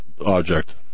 object